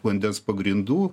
vandens pagrindų